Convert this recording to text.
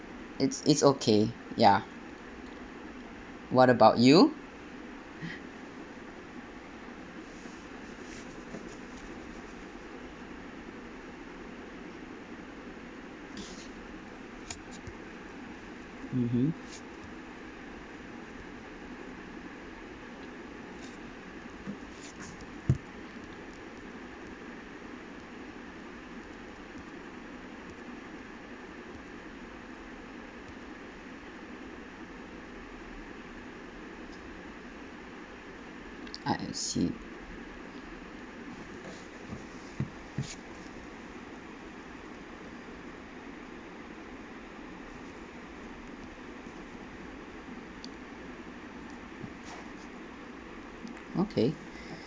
it's it's okay ya what about you mmhmm ah I see okay